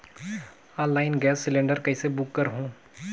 Online gas cylinder कइसे book करहु?